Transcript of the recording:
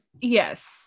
Yes